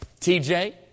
TJ